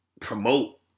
promote